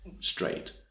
straight